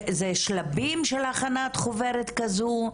זה שלבים של הכנת חוברת כזו,